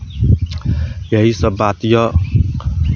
यही सभ बात यए